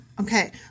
Okay